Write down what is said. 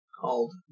called